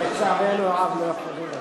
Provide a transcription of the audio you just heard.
אבל לצערנו הרב לא יכולנו,